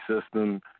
system